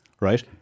right